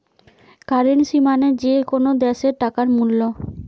currency মানে যে কোনো দ্যাশের টাকার মূল্য